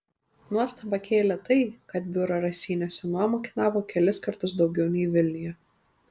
nuostabą kėlė tai kad biuro raseiniuose nuoma kainavo kelis kartus daugiau nei vilniuje